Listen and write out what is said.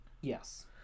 Yes